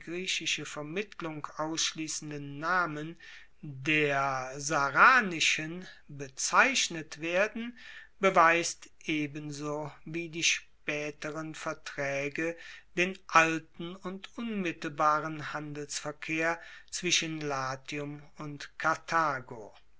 vermittlung ausschliessenden namen der sarranischen bezeichnet werden beweist ebenso wie die spaeteren vertraege den alten und unmittelbaren handelsverkehr zwischen latium und karthago